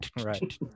Right